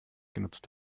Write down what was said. genutzt